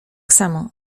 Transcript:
samo